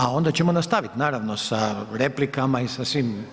A onda ćemo nastaviti naravno sa replikama i sa svim